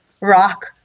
rock